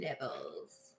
levels